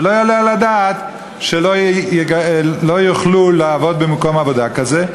ולא יעלה על הדעת שהם לא יוכלו לעבוד במקום עבודה כזה.